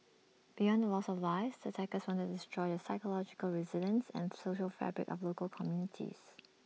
beyond the loss of lives the attackers wanted to destroy the psychological resilience and social fabric of local communities